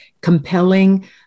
compelling